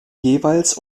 jeweils